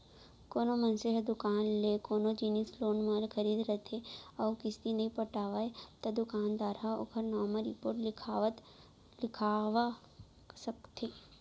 कोनो मनसे ह दुकान ले कोनो जिनिस लोन म खरीदे रथे अउ किस्ती नइ पटावय त दुकानदार ह ओखर नांव म रिपोट लिखवा सकत हे